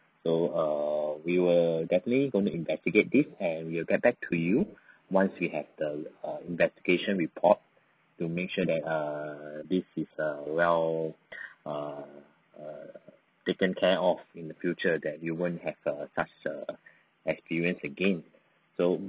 so err we will definitely going to investigate this and we'll get back to you once we have the err investigation report to make sure that err this is err well err err taken care of in the future that you won't have err such a experience again so